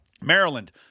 Maryland